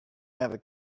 never